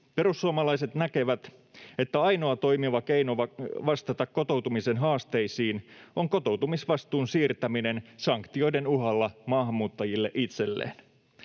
Perussuomalaiset näkevät, että ainoa toimiva keino vastata kotoutumisen haasteisiin on kotoutumisvastuun siirtäminen sanktioiden uhalla maahanmuuttajille itselleen.